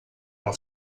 uma